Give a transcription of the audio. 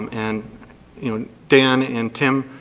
um and you know and dan and tim